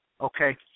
okay